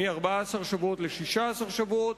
מ-14 שבועות ל-16 שבועות.